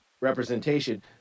representation